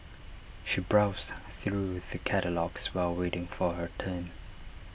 she browsed through the catalogues while waiting for her turn